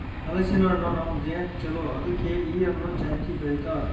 ಹಲಸಿನ ಹಣ್ಣು ನಮ್ ದೇಹಕ್ ಛಲೋ ಅದುಕೆ ಇ ಹಣ್ಣು ಜಾಸ್ತಿ ಬೆಳಿತಾರ್